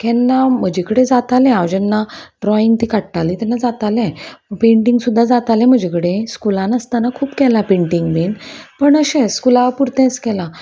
केन्ना म्हजे कडेन जातालें हांव जेन्ना ड्रॉइंग ती काडटालीं तेन्ना जातालें पेंटींग सुद्दा जातालें म्हजे कडेन स्कुलान आसतना खूब केलां पेंटींग बीन पण अशें स्कुला पुरतेंच केलां